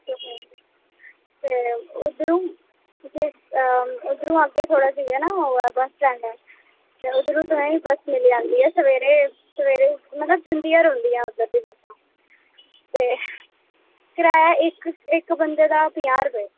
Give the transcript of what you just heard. ते उद्धरूं अं उद्धरूं अग्गें थोड़ा जाइयै ना बस स्टैंड ऐ ते उद्धरूं तुसें बस मिली जंदी ऐ सवेरे सवेरे मतलब जंदियां रौंह्दियां उद्धर दियां बस्सां ते कराया इक इक बंदे दा पंजाह् रपेऽ